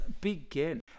begin